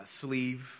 sleeve